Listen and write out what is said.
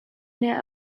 near